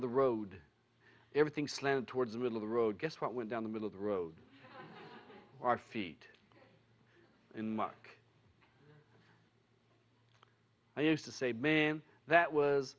of the road everything slanted towards the middle of the road guess what went down the middle of the road our feet in mark i used to say man that was